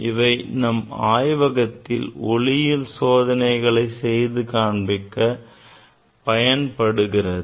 இவை நம் ஆய்வகத்தில் ஒளியியல் சோதனைகளை செய்து காண்பிக்க பயன்படுகிறது